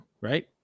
Right